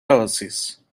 oasis